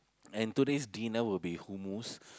and today's dinner will be Humus